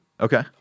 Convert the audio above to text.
Okay